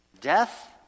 Death